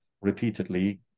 repeatedly